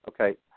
Okay